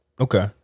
Okay